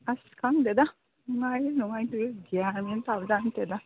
ꯑꯁ ꯈꯪꯗꯦꯗ ꯅꯨꯡꯉꯥꯏꯔꯤꯔ ꯅꯨꯡꯉꯥꯏꯇ꯭ꯔꯤꯔ ꯒ꯭ꯌꯥꯟ ꯃꯦꯟ ꯑꯃ ꯇꯥꯕ ꯖꯥꯠ ꯅꯠꯇꯦꯗ